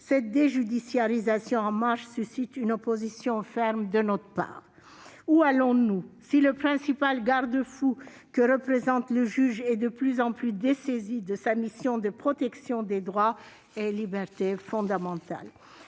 cette déjudiciarisation en marche suscite une opposition ferme de notre part. Où allons-nous si le principal garde-fou qu'est le juge est de plus en plus souvent dessaisi de sa mission de protection des droits et libertés fondamentales ?